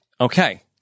Okay